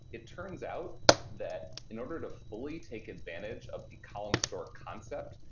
it turns out that in order to fully take advantage of the column store concept,